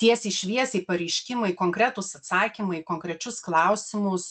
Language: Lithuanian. tiesiai šviesiai pareiškimai konkretūs atsakymai į konkrečius klausimus